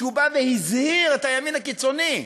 שהוא בא והזהיר את הימין הקיצוני,